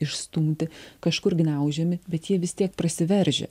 išstumti kažkur gniaužiami bet jie vis tiek prasiveržia